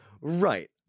right